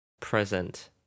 present